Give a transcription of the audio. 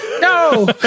No